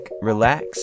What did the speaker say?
relax